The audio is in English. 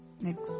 Next